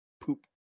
poop